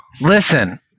Listen